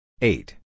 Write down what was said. Eight